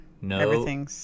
No